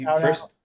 First